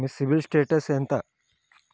మీ CIBIL status ఎంత?